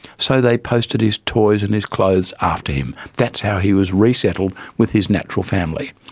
so they posted his toys and his clothes after him. that's how he was resettled with his natural family.